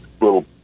little